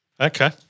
Okay